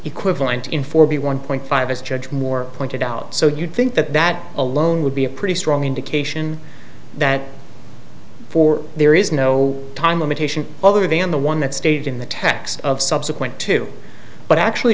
equivalent in for b one point five as judge moore pointed out so you'd think that that alone would be a pretty strong indication that for there is no time limitation other than the one that stated in the text of subsequent to but actually